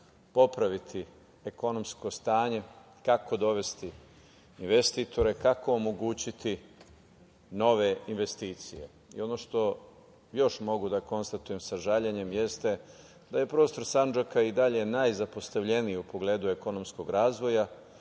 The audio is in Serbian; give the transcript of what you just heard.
popraviti ekonomsko stanje, kako dovesti investitore, kako omogućiti nove investicije. Ono što još mogu da konstatujem, sa žaljenjem, jeste da je prostor Sandžaka i dalje najzapostavljeniji u pogledu ekonomskog razvoja,